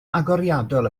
agoriadol